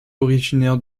originaire